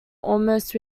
almost